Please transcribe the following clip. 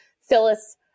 Phyllis